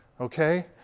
Okay